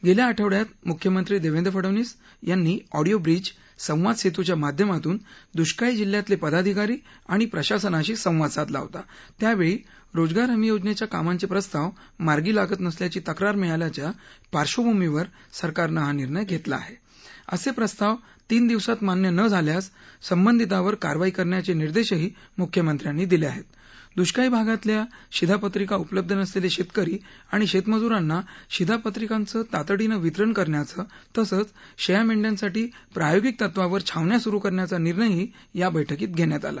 गच्या आठवड्यात मुख्यमंत्री दक्षे फडणवीस यांनी ऑडिओ ब्रिज संवाद सस्थिया माध्यमातून दुष्काळी जिल्ह्यातलप्रिदाधिकारी आणि प्रशासनाशी संवाद साधला होता त्यावर्षी रोजगार हमी योजनच्या कामांची प्रस्ताव मार्गी लागत नसल्याची तक्रार मिळाल्याच्या पार्श्वभूमीवर सरकारनं हा निर्णय घरत्त्वा आहा असप्रिस्ताव तीन दिवसात मान्य न झाल्यास संबंधितांवर कारवाई करण्याचनिर्देशही मुख्यमंत्र्यांनी दिलञाहत्त दुष्काळी भागातल्या शिधापत्रिका उपलब्ध नसलद्धशिक्रिरी आणि शक्रिजुरांना शिधापत्रिकांचं तातडीनं वितरण करण्याचा तसंच शख्या मेंद्यांसाठी प्रायोगिक तत्त्वावर छावण्या सुरू करण्याचा निर्णयही या बैठकीत घघ्यात आला